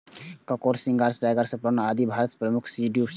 कांकोर, झींगा, tiger prawn, आदि भारतक प्रमुख सीफूड छियै